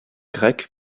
grecque